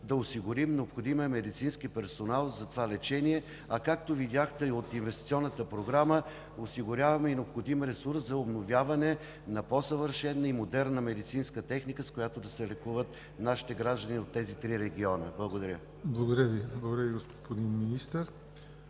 да осигурим необходимия медицински персонал за това лечение, а както видяхте и от Инвестиционната програма, осигуряваме и необходим ресурс за обновяване на по-съвършена и модерна медицинска техника, с която да се лекуват нашите граждани от тези три региона. Благодаря. ПРЕДСЕДАТЕЛ ЯВОР НОТЕВ: Благодаря Ви, господин Министър.